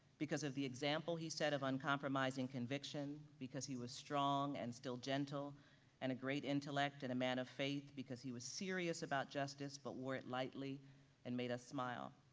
because of the example he said, of uncompromising conviction because he was strong and still gentle and a great intellect and a man of faith because he was serious about justice but wore it lightly and made us smile.